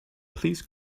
please